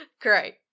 Great